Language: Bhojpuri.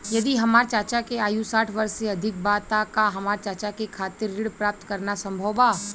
यदि हमार चाचा के आयु साठ वर्ष से अधिक बा त का हमार चाचा के खातिर ऋण प्राप्त करना संभव बा?